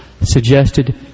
suggested